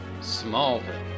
Smallville